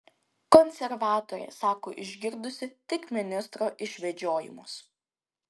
konservatorė sako išgirdusi tik ministro išvedžiojimus